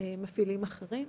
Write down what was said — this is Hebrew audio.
מפעילים אחרים.